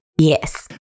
Yes